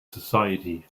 society